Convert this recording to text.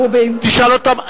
תשאל אותם.